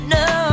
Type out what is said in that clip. no